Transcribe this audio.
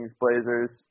Blazers